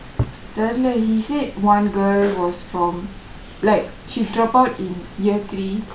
தெரியல:theriyala he said one girl was from like she dropout in year three